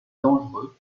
dangereux